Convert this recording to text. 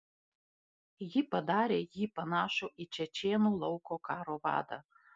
ji padarė jį panašų į čečėnų lauko karo vadą